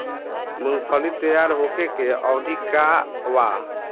मूँगफली तैयार होखे के अवधि का वा?